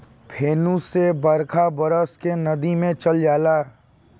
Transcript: फेनू से बरखा बरस के नदी मे चल जाला